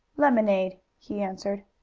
lemonade, he answered.